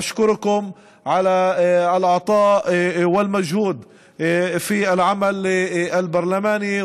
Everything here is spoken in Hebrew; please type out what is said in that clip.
(אומר בערבית: אני מודה לכם על הנתינה והמאמץ בעשייה הפרלמנטרית.